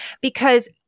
because-